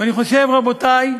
ואני חושב, רבותי,